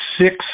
six